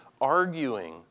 arguing